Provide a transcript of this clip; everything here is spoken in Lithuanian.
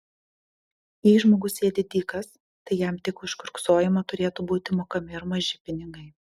jei žmogus sėdi dykas tai jam tik už kiurksojimą turėtų būti mokami ir maži pinigai